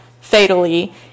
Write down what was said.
fatally